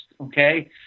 okay